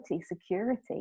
security